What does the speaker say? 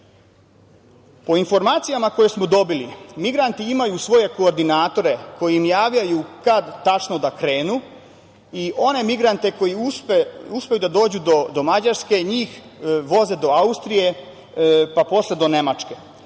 informacijama koje smo dobili, migranti imaju svoje koordinatore koji im javljaju kad tačno da krenu i one migrante koji uspeju da dođu do Mađarske, njih voze do Austrije, pa posle do Nemačke.